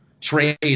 trade